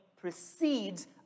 precedes